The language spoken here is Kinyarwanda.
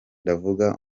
ndavuga